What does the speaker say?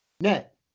net